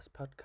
podcast